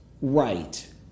right